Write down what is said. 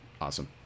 Awesome